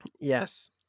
Yes